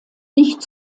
nicht